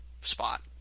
spot